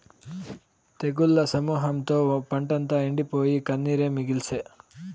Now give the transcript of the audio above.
తెగుళ్ల సమూహంతో పంటంతా ఎండిపోయి, కన్నీరే మిగిల్సే